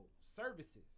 services